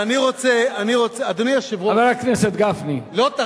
אז בשביל מה צריך